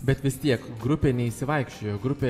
bet vis tiek grupė neišsivaikščiojo grupė